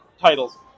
titles